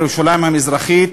ירושלים המזרחית,